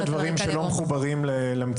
דיברו על זה שיש כמה סוגים של יישובים בעדיפות